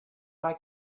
like